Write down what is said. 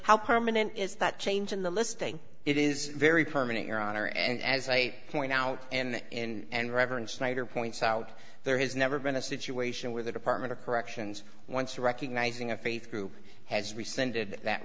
how permanent is that change in the listing it is very permanent your honor and as i point out and reverend snyder points out there has never been a situation where the department of corrections once recognizing a faith group has rescinded that